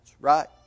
right